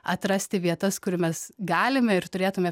atrasti vietas kur mes galime ir turėtume